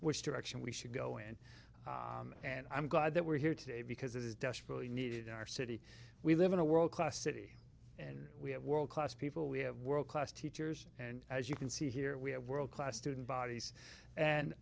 which direction we should go in and i'm glad that we're here today because it is desperately needed in our city we live in a world class city and we have world class people we have world class teachers and as you can see here we have world class student